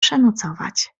przenocować